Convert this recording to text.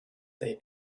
they